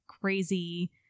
crazy